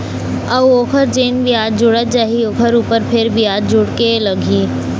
अऊ ओखर जेन बियाज जुड़त जाही ओखर ऊपर फेर बियाज जुड़ के लगही